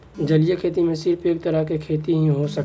जलीय खेती में सिर्फ एक तरह के खेती ही हो सकेला